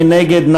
מי נגד?